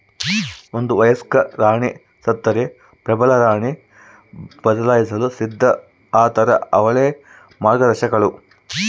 ಒಂದು ವಯಸ್ಕ ರಾಣಿ ಸತ್ತರೆ ಪ್ರಬಲರಾಣಿ ಬದಲಾಯಿಸಲು ಸಿದ್ಧ ಆತಾರ ಅವಳೇ ಮಾರ್ಗದರ್ಶಕಳು